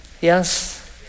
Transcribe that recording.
Yes